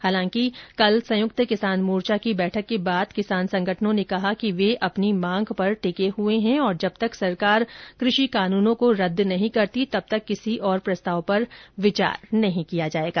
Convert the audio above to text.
हालांकि कल संयुक्त किसान मोर्चा की बैठक के बाद किसान संगठनों ने कहा कि वे अपनी मांग पर टिके हुए हैं और जब तक सरकार कृषि कानुनों को रदद नहीं करती तब तक किसी और प्रस्ताव पर विचार नहीं किया जाएगा